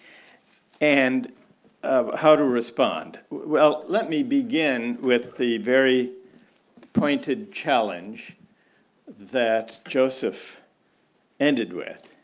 and um how to respond. well, let me begin with the very pointed challenge that joseph ended with.